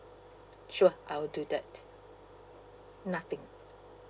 sure I'll do that nothing